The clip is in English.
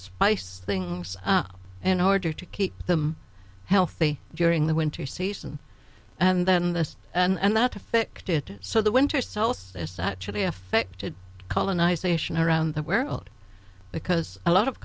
spice things up in order to keep them healthy during the winter season and then this and that affected so the winter solstice actually affected colonise sation around the world because a lot of